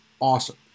awesome